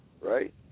Right